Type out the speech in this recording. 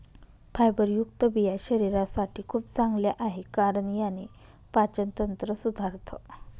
फायबरयुक्त बिया शरीरासाठी खूप चांगल्या आहे, कारण याने पाचन तंत्र सुधारतं